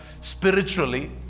spiritually